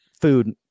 food